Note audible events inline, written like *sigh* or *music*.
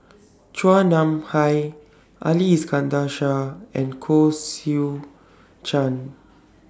*noise* Chua Nam Hai Ali Iskandar Shah and Koh Seow Chuan